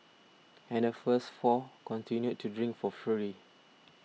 and the first four continued to drink for free